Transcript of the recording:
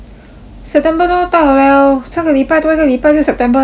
september 都要到 liao 下个礼拜多一个礼拜就 september liao leh